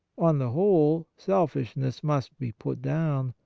on the whole, selfishness must be put down,